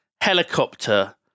helicopter